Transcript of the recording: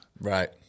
Right